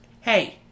Hey